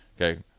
Okay